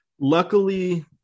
Luckily